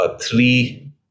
three